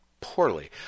poorly